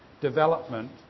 development